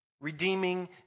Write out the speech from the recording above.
redeeming